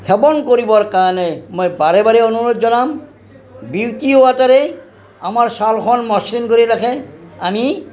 সেৱন কৰিবৰ কাৰণে মই বাৰে বাৰে অনুৰোধ জনাম বিউটি ৱাটাৰে আমাৰ ছালখন মসৃণ কৰি ৰাখে আমি